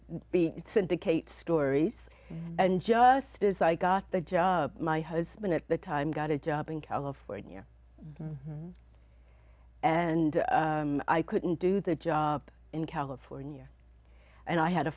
to be syndicate stories and just as i got the job my husband at the time got a job in california and i couldn't do the job in california and i had a